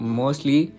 mostly